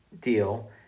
deal